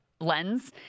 Lens